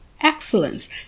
excellence